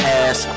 ass